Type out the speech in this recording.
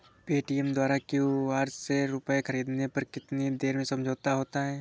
Paytm द्वारा QR से रूपए ख़रीदने पर कितनी देर में समझौता होता है?